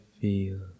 feel